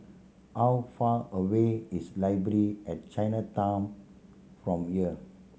how far away is Library at Chinatown from here